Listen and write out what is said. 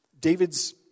David's